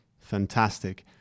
Fantastic